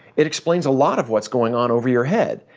it explains a lot of what's going on over your head,